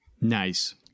Nice